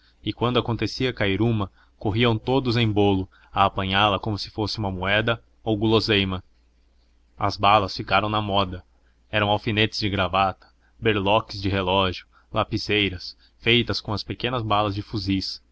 e quando acontecia cair uma corriam todos em bolo a apanhá-la como se fosse uma moeda ou guloseima as balas ficaram na moda eram alfinetes de gravata berloques de relógios lapiseiras feitas com as pequenas balas de fuzis